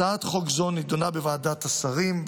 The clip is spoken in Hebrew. הצעת חוק זו נדונה בוועדת השרים,